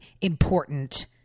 important